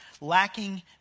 lacking